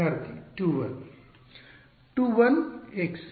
ವಿದ್ಯಾರ್ಥಿ 2 1 2